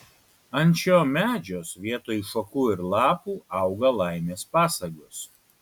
ant šio medžios vietoj šakų ir lapų auga laimės pasagos